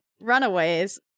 runaways